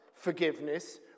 Forgiveness